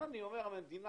המדינה